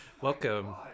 Welcome